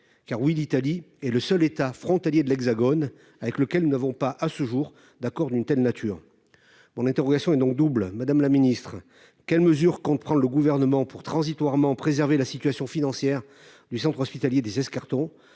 Car oui, l'Italie est le seul État frontalier de l'Hexagone avec lequel nous n'avons pas, à ce jour, d'accord d'une telle nature ! Mon interrogation est donc double, madame la ministre. Quelles mesures le Gouvernement compte-t-il prendre pour préserver transitoirement la situation financière du centre hospitalier des Escartons